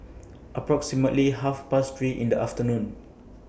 approximately Half Past three in The afternoon